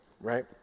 right